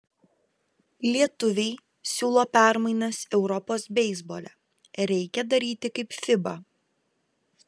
lietuviai siūlo permainas europos beisbole reikia daryti kaip fiba